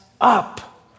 up